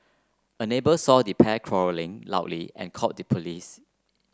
a neighbour saw the pair quarrelling loudly and called the police